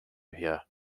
here